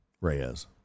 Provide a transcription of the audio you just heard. reyes